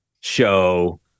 show